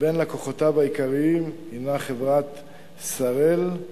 ובין לקוחותיו העיקריים חברת "שראל",